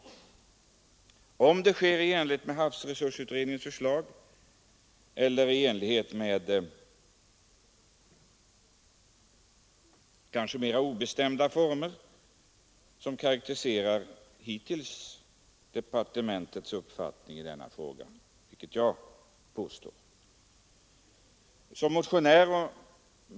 Sker det i enlighet med havsresursutredningens förslag eller i de mer obestämda former som hittills har karakteriserat departementets handlande? Jag kan ha orsak att förmoda att det senare blir fallet.